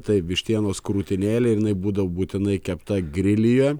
taip vištienos krūtinėlė jinai būdavo būtinai kepta grilije